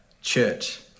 Church